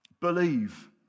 Believe